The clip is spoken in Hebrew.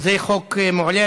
זה חוק מעולה.